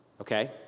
okay